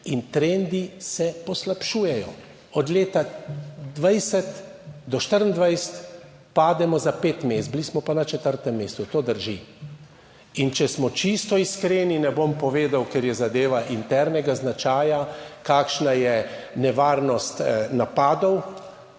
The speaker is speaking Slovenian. in trendi se poslabšujejo od leta 20 do 24 pademo za pet mest, bili smo pa na četrtem mestu, to drži. In če smo čisto iskreni, ne bom povedal, ker je zadeva internega značaja, kakšna je nevarnost napadov.